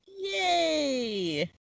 yay